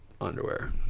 underwear